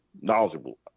knowledgeable